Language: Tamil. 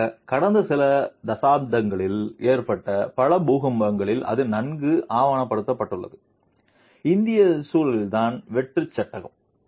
ஆக கடந்த சில தசாப்தங்களில் ஏற்பட்ட பல பூகம்பங்களில் அது நன்கு ஆவணப்படுத்தப்பட்டுள்ள இந்தியச் சூழல்தான் வெற்று சட்டகம்